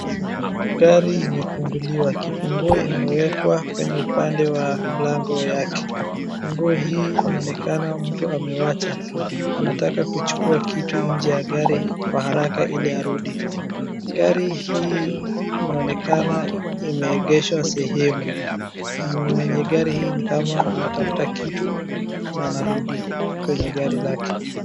Gari imefunguliwa, kifunguo imewekwa kwenye upande wa mlango yake, ufunguo hii inaonekana mtu amewacha anataka kuchukua kitu nje ya gari kwa haraka ili arudi, gari hii inaonekana imeengeshwa sehemu. Mwenye gari hii ni kama anatafuta kitu, na anarudi kwenye gari lake.